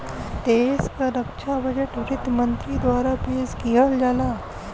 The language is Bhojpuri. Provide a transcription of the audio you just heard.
देश क रक्षा बजट वित्त मंत्री द्वारा पेश किहल जाला